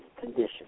condition